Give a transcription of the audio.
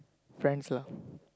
friends lah